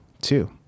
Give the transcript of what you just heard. Two